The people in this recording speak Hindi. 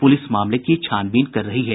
पुलिस मामले की छानबीन कर रही है